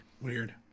Weird